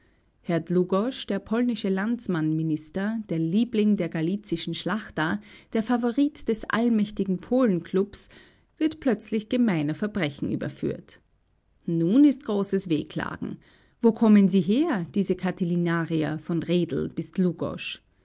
herr dlugosz der polnische landsmannminister der liebling der galizischen schlachta der favorit des allmächtigen polenklubs wird plötzlich gemeiner verbrechen überführt nun ist großes wehklagen wo kommen sie her diese katilinarier von redl bis